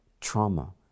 trauma